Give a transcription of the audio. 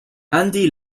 andy